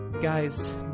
Guys